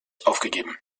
aufgegeben